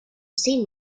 see